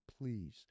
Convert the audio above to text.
please